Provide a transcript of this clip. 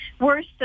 Worse